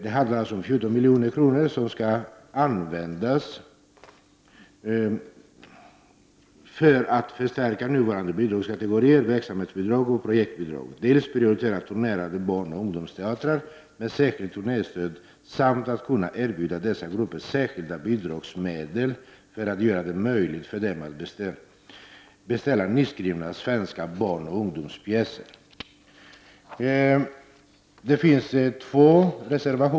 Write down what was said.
Det handlar alltså om 14 milj.kr., som skall användas för att dels förstärka nuvarande bidragskategorier, verksamhetsbidrag och projektbidrag, dels prioritera turnérande barnoch ungdomsteatrar med särskilt turnéstöd samt erbjuda dessa grupper särskilda bidragsmedel för att göra det möjligt för dem att beställa nyskrivna svenska barnoch ungdomspjäser.